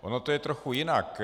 Ono to je trochu jinak.